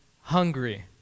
hungry